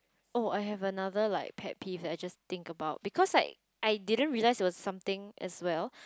oh I have another like pet peeve that I just think about because like I didn't realise that it was something as well